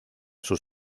sus